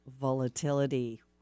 volatility